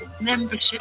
Membership